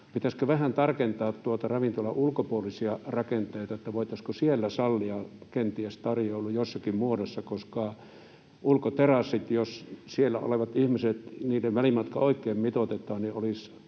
pitäisikö vähän tarkentaa noita ravintolan ulkopuolisia rakenteita, voitaisiinko siellä sallia kenties tarjoilu jossakin muodossa. Jos ulkoterasseilla olevien ihmisten välimatka oikein mitoitetaan, niin se olisi